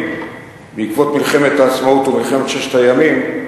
בעקבות מלחמת העצמאות ומלחמת ששת הימים,